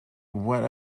what